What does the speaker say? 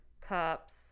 cups